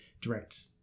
direct